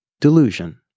Delusion